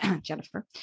Jennifer